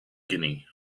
guinea